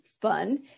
fun